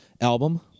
album